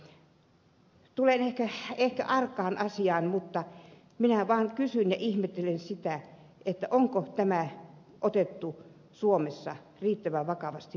tulen ehkä arkaan asiaan mutta minä vaan kysyn ja ihmettelen sitä onko tämä otettu suomessa riittävän vakavasti huomioon